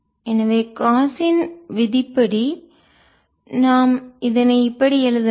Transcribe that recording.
எனவே காஸ்ஸின் விதியின்படி நாம் இதனை இப்படி எழுதலாம்